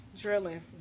Drilling